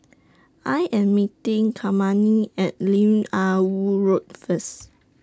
I Am meeting Kymani At Lim Ah Woo Road First